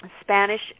Spanish